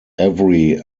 every